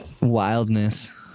wildness